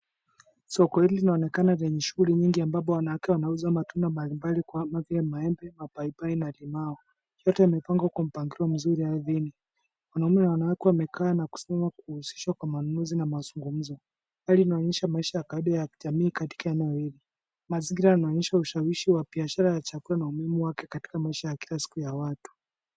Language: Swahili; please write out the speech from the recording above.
Soko hili linaonekana lenye shughuli nyingi ambapo wanawake wanauza matunda mbalimbali kama vile maembe, mapapai na limau. Yote yamepangwa kwa mpangilio mzuri ardhini. Wanaume na wanawake wamekaa wakijihusisha kwa manunuzi na mazungumzo. Hali inaonyesha maisha ya kawaida ya kijamii katika eneo hili. Mazingira yanaonyesha ushawishi wa biashara ya chakula na umuhimu wake katika maisha ya kila siku ya watu.